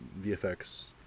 VFX